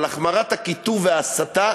על החמרת הקיטוב וההסתה